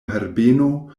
herbeno